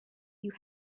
you